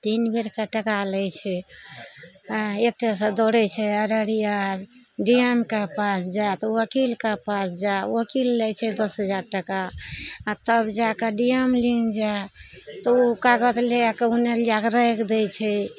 तीन बेरके टाका लै छै एतेसँ दौड़य छै अररिया डी एम के पास जाइ तऽ वकीलके पास जा वकील लै छै दस हजार टाका आओर तब जाकऽ डी एम लग जा तऽ उ कागज लै कऽ उनैल जाकऽ राखि दै छै